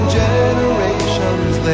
generations